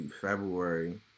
February